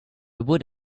would